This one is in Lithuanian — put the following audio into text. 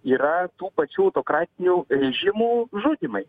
yra tų pačių autokratinių režimų žudymai